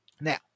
Now